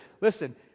listen